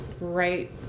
right